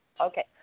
Okay